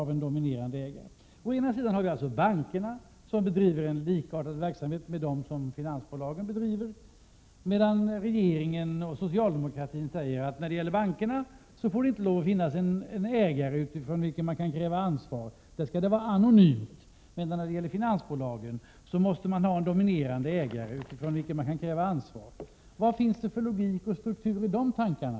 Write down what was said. Vi har alltså bankerna som bedriver en likartad finansverksamhet som den som finansbolagen bedriver. När det gäller bankerna hävdar regeringen och socialdemokratin att det inte får lov att finnas en ägare från vilken man kan utkräva ett ansvar — där skall det vara anonymt. När det gäller finansbolagen däremot måste det finnas en dominerande ägare från vilken man kan utkräva ansvar. Vad finns det för logik och struktur i de tankarna?